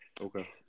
Okay